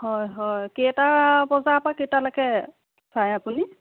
হয় হয় কেইটা বজাৰ পৰা কেইটালৈকে চায় আপুনি